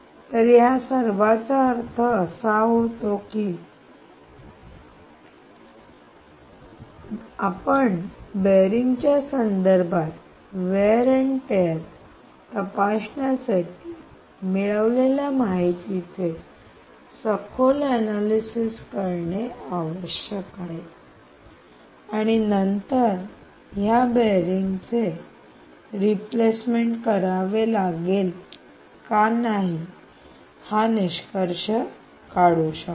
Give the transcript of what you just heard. तर या सर्वांचा अर्थ असा आहे की आपण बेअरिंग च्या संदर्भात वेअर अंड टेअर तपासण्यासाठी मिळवलेल्या माहितीचे सखोल अनालिसेस analytics विश्लेषण करणे आवश्यक आहे आणि नंतर या बेअरिंग रिप्लेसमेंट करावे लागेल का हा निष्कर्ष काढू शकतो